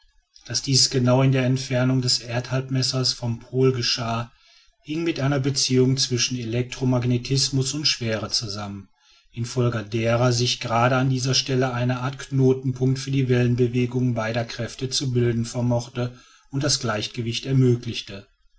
daß dies genau in der entfernung des erdhalbmessers vom pole geschah hing mit einer beziehung zwischen elektromagnetismus und schwere zusammen infolge deren sich gerade an dieser stelle eine art knotenpunkt für die wellenbewegung beider kräfte zu bilden vermochte und das gleichgewicht ermöglichte